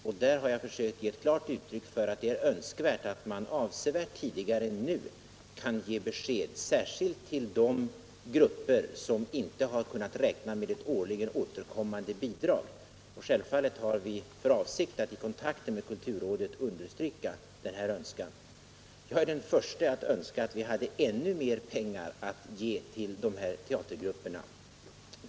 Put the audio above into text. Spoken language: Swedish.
Jag har försökt ge klart uttryck för att det är önskvärt att man avsevärt tidigare än nu kan ge besked, särskilt till de grupper som inte har kunnat räkna med ett årligen återkommande bidrag. Självfallet har vi för avsikt att i kontakter med kulturrådet understryka denna önskan. Jag är den förste att önska att vi hade ännu mer pengar att ge till dessa teatergrupper.